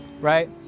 right